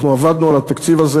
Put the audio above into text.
אנחנו עבדנו על התקציב הזה,